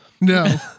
No